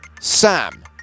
Sam